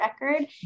record